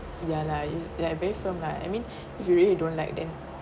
ya lah you like very firm lah I mean if you really don't like them